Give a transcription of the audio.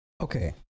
Okay